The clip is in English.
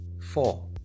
Four